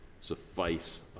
suffice